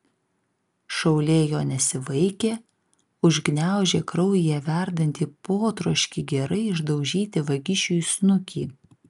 šaulė jo nesivaikė užgniaužė kraujyje verdantį potroškį gerai išdaužyti vagišiui snukį